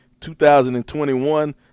2021